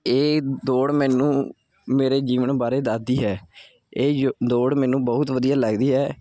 ਇਹ ਦੌੜ ਮੈਨੂੰ ਮੇਰੇ ਜੀਵਨ ਬਾਰੇ ਦੱਸਦੀ ਹੈ ਇਹ ਦੌੜ ਮੈਨੂੰ ਬਹੁਤ ਵਧੀਆ ਲੱਗਦੀ ਹੈ